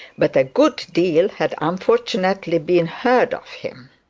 but a good deal had, unfortunately, been heard of him.